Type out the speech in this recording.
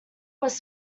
was